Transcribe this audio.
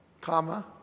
comma